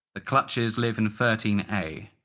the clutches lived in thirteen a.